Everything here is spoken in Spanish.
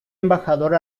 embajador